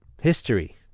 History